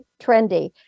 trendy